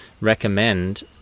recommend